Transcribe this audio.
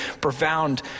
profound